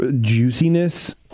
Juiciness